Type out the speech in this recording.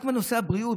רק בנושא הבריאות,